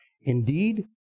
indeed